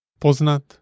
Poznat